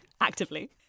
actively